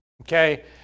okay